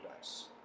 dice